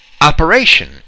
operation